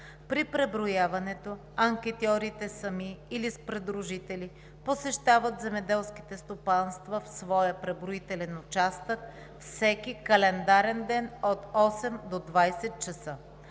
При преброяването анкетьорите сами или с придружители посещават земеделските стопанства в своя преброителен участък всеки календарен ден от 8,00 до 20,00 ч.